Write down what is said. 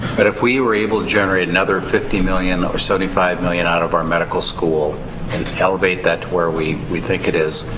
but, if we were able to generate another fifty million or seventy five million out of our medical school and elevate that to where we we think it is,